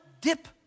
dip